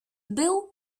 był